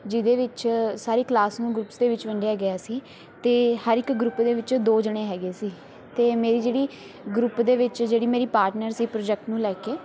ਜਿਹਦੇ ਵਿੱਚ ਸਾਰੀ ਕਲਾਸ ਨੂੰ ਗਰੁੱਪਸ ਦੇ ਵਿੱਚ ਵੰਡਿਆ ਗਿਆ ਸੀ ਅਤੇ ਹਰ ਇੱਕ ਗਰੁੱਪ ਦੇ ਵਿੱਚੋਂ ਦੋ ਜਾਣੇ ਹੈਗੇ ਸੀ ਅਤੇ ਮੇਰੀ ਜਿਹੜੀ ਗਰੁੱਪ ਦੇ ਵਿੱਚ ਜਿਹੜੀ ਮੇਰੀ ਪਾਰਟਨਰ ਸੀ ਪ੍ਰੋਜੈਕਟ ਨੂੰ ਲੈ ਕੇ